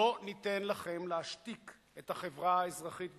לא ניתן לכם להשתיק את החברה האזרחית בישראל,